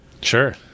sure